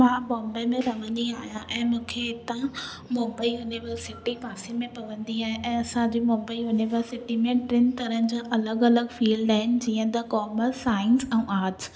मां मुम्बई में रहन्दी आहियां ऐं मूंखे हितां मुम्बई यूनीवर्सिटी पासे में पवन्दी आहे ऐं असांजे मुम्बई यूनीवर्सिटी में टिनि तरहनि जा अलॻि अलॻि फील्ड आहिनि जीअं त कौमर्स साईंस ऐं आर्टस